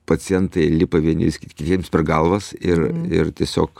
pacientai lipa vieni kitiems per galvas ir ir tiesiog